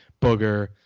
booger